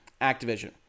Activision